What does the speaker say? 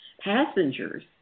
passengers